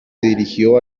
dirigió